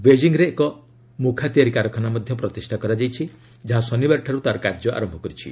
ବେଜିଂରେ ଏକ ମୁଖାତିଆରି କାରଖାନା ପ୍ରତିଷ୍ଠା କରାଯାଇଛି ଯାହା ଶନିବାର ଠାରୁ ତାର କାର୍ଯ୍ୟ ଆରମ୍ଭ କରିଛି